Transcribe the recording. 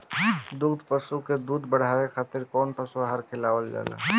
दुग्धारू पशु के दुध बढ़ावे खातिर कौन पशु आहार खिलावल जाले?